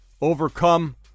Overcome